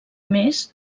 més